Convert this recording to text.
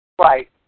Right